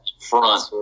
front